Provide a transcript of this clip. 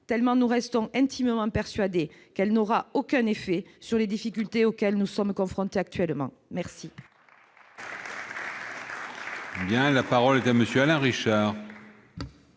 de loi. Nous restons intimement persuadés qu'elle n'aura aucun effet face aux difficultés auxquelles nous sommes confrontés actuellement !